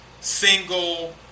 single